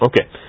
Okay